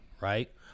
right